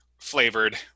flavored